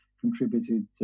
contributed